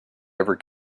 ever